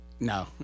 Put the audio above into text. No